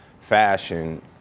fashion